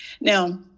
now